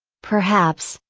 perhaps,